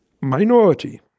minority